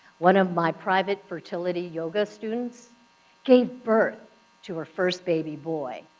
one of my private fertility yoga students gave birth to her first baby boy.